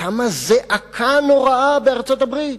קמה זעקה נוראה בארצות-הברית,